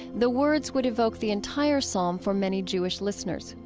the words would evoke the entire psalm for many jewish listeners.